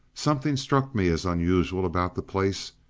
something struck me as unusual about the place,